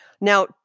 Now